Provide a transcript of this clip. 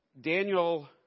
Daniel